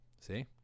See